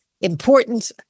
important